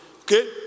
Okay